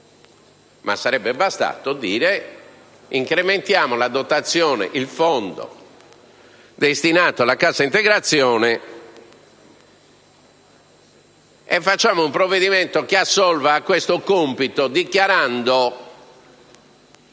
Sarebbe bastato dire che si incrementava la dotazione del fondo destinato alla cassa integrazione attraverso un provvedimento che assolvesse a questo compito dichiarando